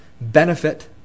benefit